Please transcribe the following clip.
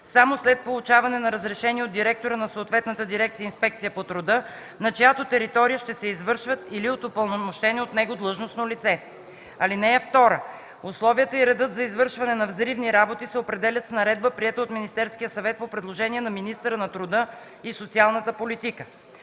само след получаване на разрешение от директора на съответната дирекция „Инспекция по труда”, на чиято територия ще се извършват, или от упълномощено от него длъжностно лице. (2) Условията и редът за извършване на взривни работи се определят с наредба, приета от Министерския съвет по предложение на министъра на труда и социалната политика.